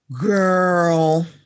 Girl